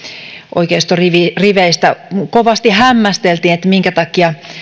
oikeistoriveistä kovasti hämmästeltiin että minkä takia